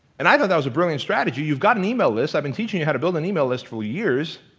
and i thought that was a brilliant strategy. you've got an email list, i've been teaching you how to build an email list for years,